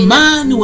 man